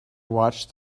watched